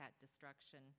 destruction